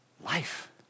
life